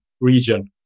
region